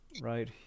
right